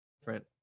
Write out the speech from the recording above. different